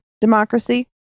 democracy